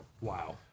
Wow